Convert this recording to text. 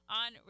on